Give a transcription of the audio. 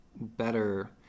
better